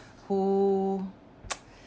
who